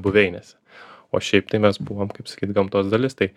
buveinėse o šiaip tai mes buvom kaip sakyt gamtos dalis tai